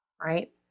right